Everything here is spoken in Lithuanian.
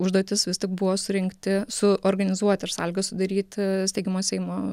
užduotis vis tik buvo surinkti suorganizuoti ir sąlygas sudaryti steigiamojo seimo